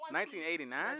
1989